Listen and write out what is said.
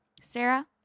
Sarah